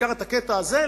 בעיקר את הקטע הזה,